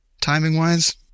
timing-wise